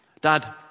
dad